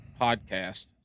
podcast